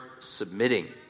submitting